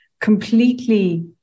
completely